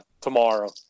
tomorrow